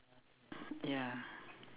ya